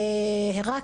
השאלה הנשאלת,